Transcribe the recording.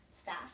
staff